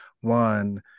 one